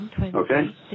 Okay